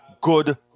good